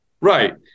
right